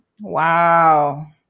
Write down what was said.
Wow